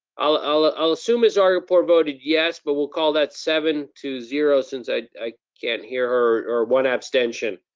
i'll ah i'll assume miss zargarpur voted yes, but we'll call that seven to zero, since i can't hear, or or one abstention.